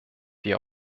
wie